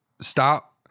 stop